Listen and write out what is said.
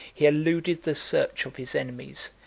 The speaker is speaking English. he eluded the search of his enemies,